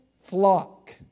flock